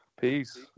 Peace